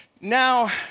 Now